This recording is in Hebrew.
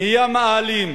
נהיו מאהלים,